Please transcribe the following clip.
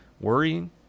worrying